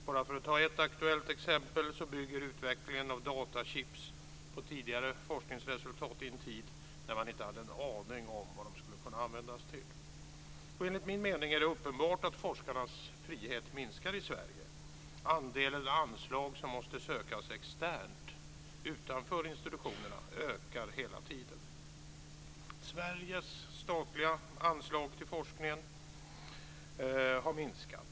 Bara för att ta ett aktuellt exempel bygger utvecklingen av datachips på tidigare forskningsresultat i en tid där man inte hade en aning om vad dessa skulle kunna användas till. Enligt min mening är det uppenbart att forskarnas frihet minskar i Sverige. Andelen anslag som måste sökas externt utanför institutionerna ökar hela tiden. Sveriges statliga anslag till forskningen har minskat.